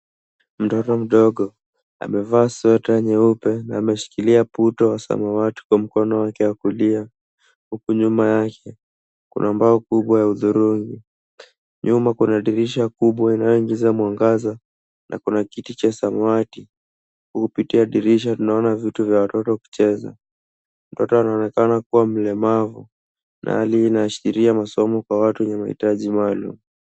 Mtoto mdogo amevaa sweta nyeupe na ameshikilia puto wa samawati kwa mkono wake wa kulia huku nyuma yake kuna mbao kubwa ya udhurugi, nyuma kuna dirisha kubwa inayoingiza mwangaza na kuna kiti cha samawati kupitia dirisha tunaona vitu vya watoto kucheza. Mtoto anaonekana kuwa mlemavu na hali hii inaashiria masomo kwa watu wenye mahitaji maalum.